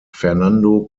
fernando